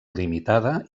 limitada